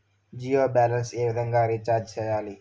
Jio balance ఏ విధంగా recharge సేయాలి?